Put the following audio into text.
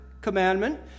commandment